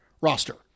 roster